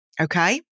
Okay